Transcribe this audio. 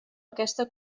aquesta